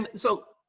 and so,